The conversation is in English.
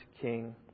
King